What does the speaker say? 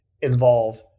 involve